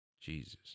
Jesus